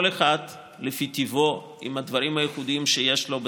כל אחד לפי טיבו עם הדברים הייחודיים שיש לו,